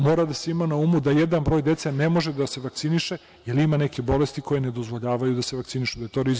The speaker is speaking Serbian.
Mora da se ima na umu da jedan broj dece ne može da se vakciniše, jer ima nekih bolesti koje ne dozvoljavaju da se vakcinišu, da je to